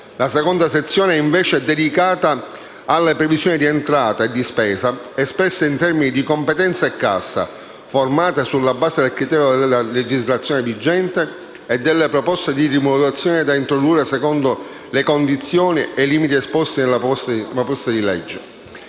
La seconda sezione è, invece, dedicata alle previsioni di entrata e di spesa, espresse in termini di competenza e cassa, formate sulla base del criterio della legislazione vigente e delle proposte di rimodulazioni da introdurre secondo le condizioni ed i limiti esposti nella proposta di legge.